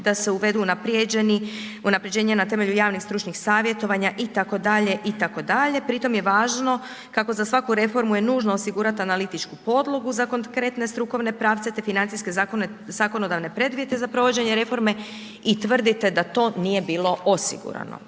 da se uvede unaprjeđenje na temelju javnih stručnih savjetovanja itd., itd. Pritom je važno, kako za svaku reformu je nužno osigurati analitičku podlogu za konkretne strukovne pravce te financijske zakonodavne preduvjete za provođenje reforme i tvrdite da to nije bilo osigurano.